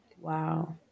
Wow